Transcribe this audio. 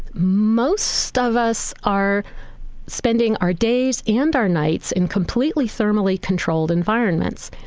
most of us are spending our days and our nights in completely thermally-controlled environments.